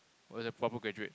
was a proper graduate